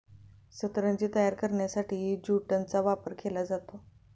सतरंजी तयार करण्यासाठीही ज्यूटचा वापर केला जातो